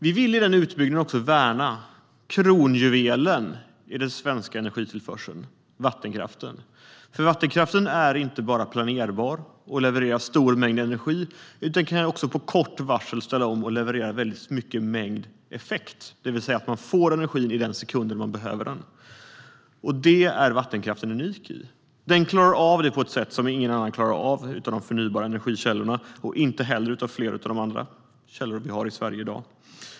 Vi vill med den utbyggnaden också värna kronjuvelen i den svenska energitillförseln, vattenkraften, för vattenkraften är inte bara planerbar och levererar en stor mängd energi, utan den kan också med kort varsel ställa om och leverera en stor mängd effekt, det vill säga att man får energin den sekund man behöver den. Det är vattenkraften unik i. Den klarar av det på ett sätt som ingen annan av de förnybara källorna klarar av och inte heller flera av de andra energikällor vi har i Sverige i dag.